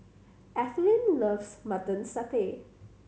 Ethelyn loves Mutton Satay